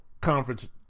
conference